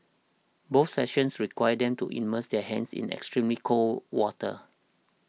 both sessions required them to immersed their hands in extremely cold water